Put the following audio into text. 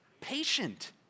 patient